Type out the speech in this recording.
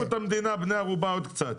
אם יחזיקו את המדינה בני ערובה עוד קצת.